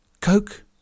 coke